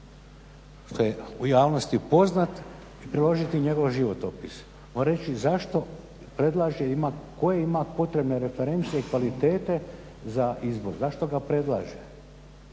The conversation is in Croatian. što je u javnosti poznat i priložiti njegov životopis. Mora reći zašto predlaže i koje ima potrebne reference i kvalitete za izbor, zašto ga predlaže.